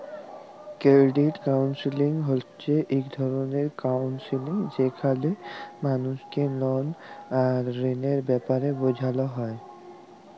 credit counselling হছে ইক রকমের কাউলসেলিংযেখালে মালুসকে লল আর ঋলের ব্যাপারে বুঝাল হ্যয়